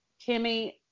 Kimmy